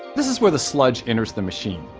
this is where the sludge enters the machine.